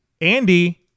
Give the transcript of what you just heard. Andy